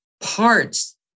parts